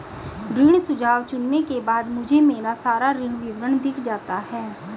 ऋण सुझाव चुनने के बाद मुझे मेरा सारा ऋण विवरण दिख जाता है